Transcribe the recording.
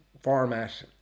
Format